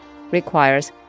requires